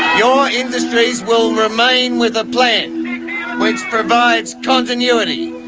your industries will remain with a plan which provides continuity,